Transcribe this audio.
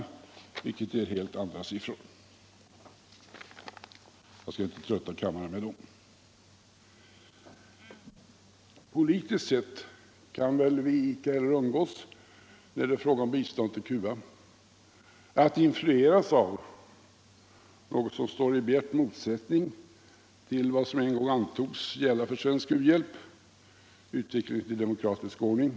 Tabellen ger helt andra siffror — jag skall inte trötta kammaren med dem. Politiskt sett kan vi väl icke heller undgå när det är fråga om bistånd vill Cuba att influeras av något som står i bjärt motsättning till vad som en gång — år 1970 — antogs gälla för svensk u-hjälp, nämligen villkoret om utveckling i demokratisk ordning.